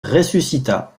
ressuscita